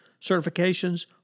certifications